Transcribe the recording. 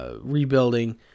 Rebuilding